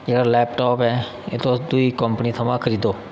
जेह्ड़ा लैपटाप ऐ एह् तुस दूई कंपनी थमां खरीदो